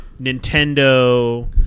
Nintendo